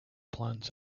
plants